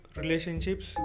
relationships